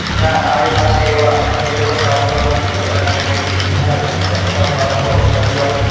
ના મારી પાસે એવાં કોઈ પણ પાત્રો નથી જેનાં થકી હું રસપ્રદ પાત્રો સર્જવાની